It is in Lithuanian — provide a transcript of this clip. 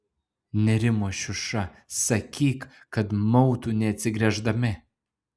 nerimo šiuša sakyk kad mautų neatsigręždami